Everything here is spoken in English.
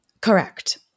Correct